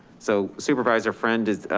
so supervisor friend is,